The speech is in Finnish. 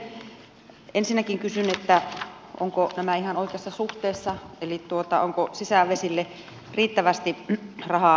ensinnäkin kysyn ovatko nämä ihan oikeassa suhteessa eli onko sisävesille riittävästi rahaa